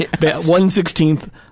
One-sixteenth